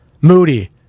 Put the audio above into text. Moody